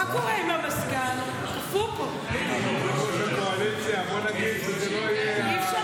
אני רוצה להציג את מה שאנחנו חווים, כי יש עוד